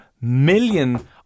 million